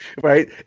right